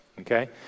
Okay